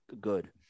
good